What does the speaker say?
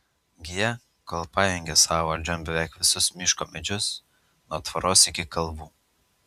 giją kol pajungė savo valdžion beveik visus miško medžius nuo tvoros iki kalvų